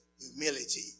humility